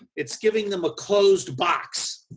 it's giving them a closed box.